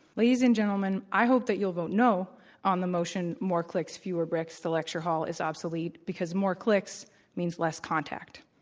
ladies and gentlemen, i hope that you'll vote no on the motion more clicks, fewer bricks the lecture hall is obsolete, because more clicks means less contact,